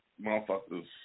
motherfuckers